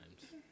times